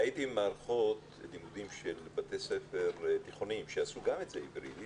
ראיתי מערכות לימודים של בתי ספר תיכוניים שגם עשו את זה היברידי